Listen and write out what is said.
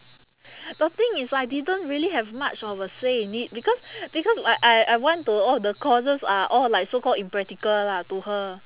the thing is I didn't really have much of a say in it because because I I I want to all the courses are all like so called impractical lah to her